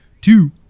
two